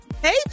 Hey